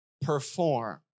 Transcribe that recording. perform